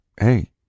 hey